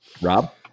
Rob